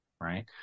right